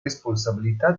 responsabilità